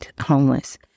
homeless